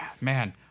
man